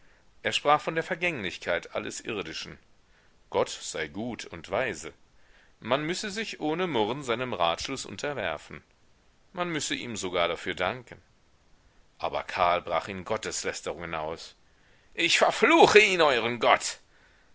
er sprach von der vergänglichkeit alles irdischen gott sei gut und weise man müsse sich ohne murren seinem ratschluß unterwerfen man müsse ihm sogar dafür danken aber karl brach in gotteslästerungen aus ich verfluche ihn euren gott